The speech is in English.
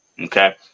okay